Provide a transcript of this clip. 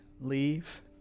leave